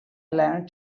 learn